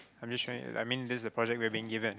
I'm just trying I mean this's the project we have been given